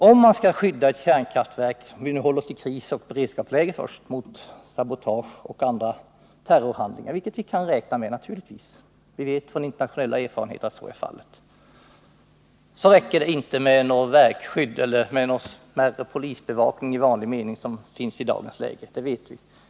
Om man skall skydda ett kärnkraftverk — om vi nu håller oss till ett krisoch beredskapsläge först — mot sabotage och andra terrorhandlingar, vilket vi naturligtvis måste räkna med och har internationella erfarenheter av, så räcker det inte med ett verkskydd eller med den polisbevakning i vanlig 85 betydelse för försvaret mening som vi har i dagens läge, det vet vi.